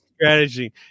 strategy